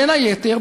בין היתר,